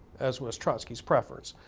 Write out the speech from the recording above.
as was trotsky's preference.